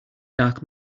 dark